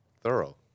Thorough